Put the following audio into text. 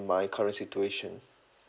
my current situation